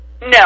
No